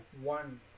one